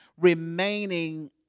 remaining